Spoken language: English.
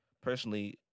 personally